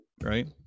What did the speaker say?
right